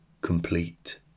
complete